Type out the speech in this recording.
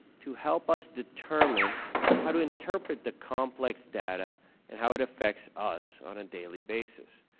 to help us determine how to interpret the complex data and how it affects us on a daily basis.